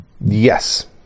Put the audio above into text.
Yes